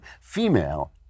female